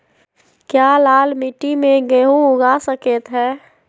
क्या लाल मिट्टी में गेंहु उगा स्केट है?